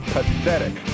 Pathetic